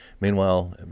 Meanwhile